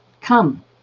come